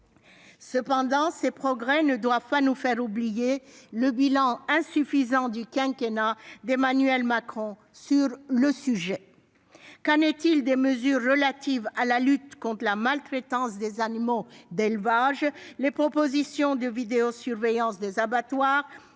Cependant, ces progrès ne doivent pas nous faire oublier le bilan insuffisant du quinquennat d'Emmanuel Macron sur le sujet. des mesures relatives à la lutte contre la maltraitance des animaux d'élevage ? Les propositions de vidéosurveillance des abattoirs,